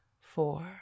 four